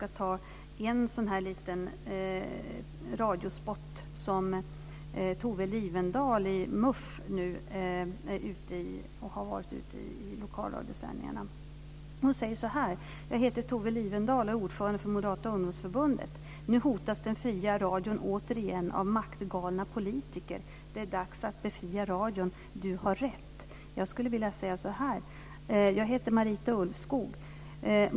Jag ska ta en radio-spot som Tove Lifvendahl i MUF har varit ute med i lokalradiosändningarna: Jag heter Tove Lifvendahl och är ordförande för Moderata ungdomsförbundet. Nu hotas den fria radion återigen av maktgalna politiker. Det är dags att befria radion. Du har rätt! Jag skulle vilja säga så här: Jag heter Marita Ulvskog.